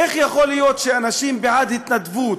איך יכול להיות שאנשים שהם בעד התנדבות,